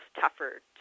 tougher